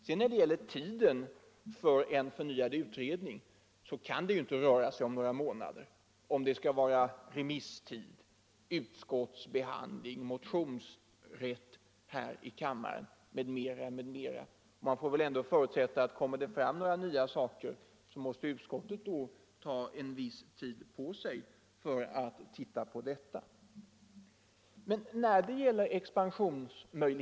é När det gäller tiden för en förnyad utredning vill jag säga att det inte kan röra sig om några månader, om det skall finnas utrymme för remisstid, utskottsbehandling, motionsrätt i kammaren, m.m. Man får ändå förutsätta att utskottet, om det kommer fram till några nya saker, måste ta en viss tid på sig för att behandla frågan.